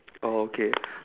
oh okay